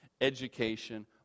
education